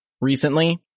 recently